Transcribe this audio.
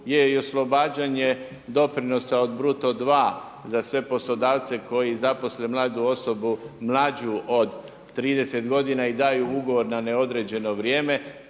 je i oslobađanje doprinosa od bruto 2 za sve poslodavce koji zaposle mladu osobu, mlađu od 30 godina i daju ugovor na neodređeno vrijeme.